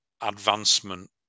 advancement